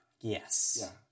Yes